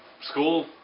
school